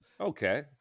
Okay